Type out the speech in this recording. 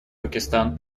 пакистан